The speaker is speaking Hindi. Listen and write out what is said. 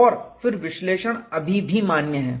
और फिर विश्लेषण अभी भी मान्य है